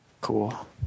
Cool